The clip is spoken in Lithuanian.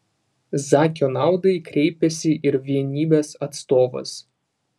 zakio naudai kreipėsi ir vienybės atstovas